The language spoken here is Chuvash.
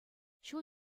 ҫул